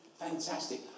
fantastic